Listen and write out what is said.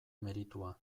meritua